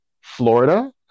Florida